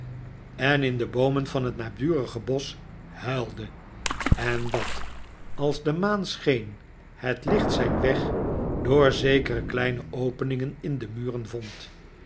en in de boomen van het naburige bosch huilde en dat als de maan scheen het licht zijn weg door zekere kleine openingen in de muren vond